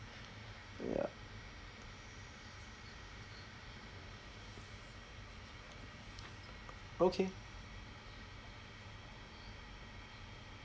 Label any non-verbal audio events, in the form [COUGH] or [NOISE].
[BREATH] ya okay